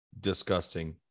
disgusting